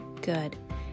good